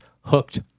hooked